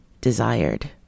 desired